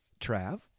Trav